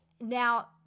Now